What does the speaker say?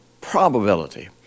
probability